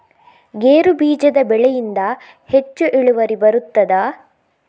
ಗೇರು ಬೀಜದ ಬೆಳೆಯಿಂದ ಹೆಚ್ಚು ಇಳುವರಿ ಬರುತ್ತದಾ?